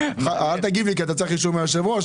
אל תגיב לי כי אתה צריך אישור מהיושב-ראש.